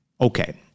okay